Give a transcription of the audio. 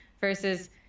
versus